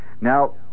Now